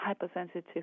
hypersensitive